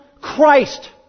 Christ